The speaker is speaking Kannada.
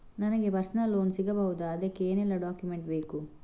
ನನಗೆ ಪರ್ಸನಲ್ ಲೋನ್ ಸಿಗಬಹುದ ಅದಕ್ಕೆ ಏನೆಲ್ಲ ಡಾಕ್ಯುಮೆಂಟ್ ಬೇಕು?